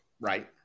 Right